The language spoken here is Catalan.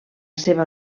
seva